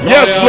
Yes